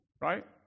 right